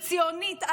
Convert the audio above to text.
הציונית,